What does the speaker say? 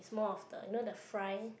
more of the you know the frying